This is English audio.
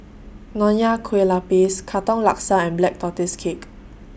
Nonya Kueh Lapis Katong Laksa and Black Tortoise Cake